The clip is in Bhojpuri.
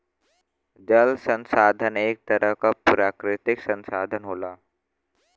जल संसाधन एक तरह क प्राकृतिक संसाधन होला